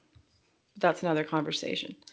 that's another conversation.